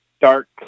dark